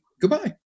goodbye